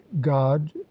god